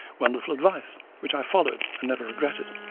wonderful advice, which i followed and never regretted,